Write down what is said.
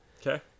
Okay